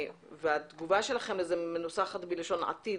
התגובה שלכם לזה מנוסחת בלשון עתיד,